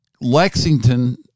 Lexington